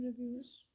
reviews